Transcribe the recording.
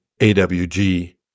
AWG